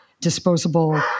disposable